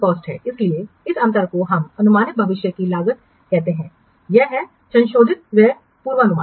इसलिए इस अंतर को हम अनुमानित भविष्य की लागत कहते हैं यह है संशोधित व्यय पूर्वानुमान